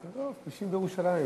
תבדוק כבישים בירושלים.